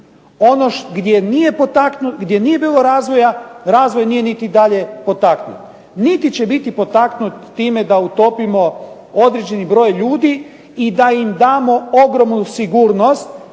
ono gdje nije bilo razvoja razvoj nije niti dalje potaknut. Niti će biti potaknut time da utopimo određeni broj ljudi i da im damo ogromnu sigurnost